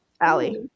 Allie